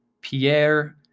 Pierre